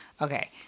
Okay